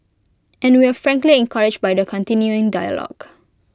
and we're frankly encouraged by the continuing dialogue